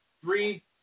three